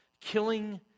Killing